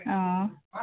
অঁ